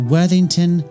Worthington